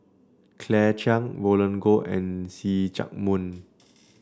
Claire Chiang Roland Goh and See Chak Mun